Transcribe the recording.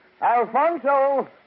Alfonso